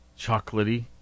chocolatey